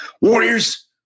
Warriors